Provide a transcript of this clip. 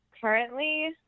Currently